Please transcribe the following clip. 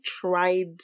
tried